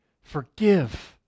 forgive